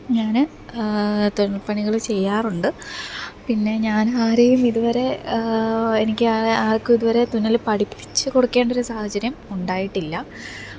ഞാൻ തുന്നല്പ്പണികൾ ചെയ്യാറുണ്ട് പിന്നെ ഞാൻ ആരെയും ഇതുവരെ എനിക്ക് ആര്ക്കും ഇതുവരെ തുന്നൽ പഠിപ്പിച്ച് കൊടുക്കേണ്ടൊരു സാഹചര്യം ഉണ്ടായിട്ടില്ല